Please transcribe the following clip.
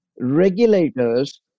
regulators